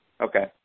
Okay